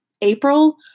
April